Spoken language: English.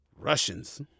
Russians